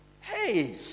Hey